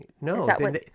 No